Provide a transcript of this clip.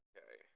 Okay